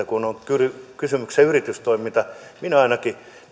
kun on kysymyksessä yritystoiminta niin kyllä yrityksillä ainakin